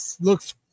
looks